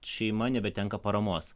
šeima nebetenka paramos